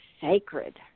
sacred